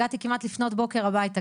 הגעתי כמעט לפנות בוקר הביתה.